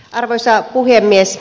arvoisa puhemies